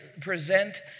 present